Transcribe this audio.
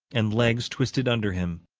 and legs twisted under him.